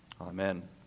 Amen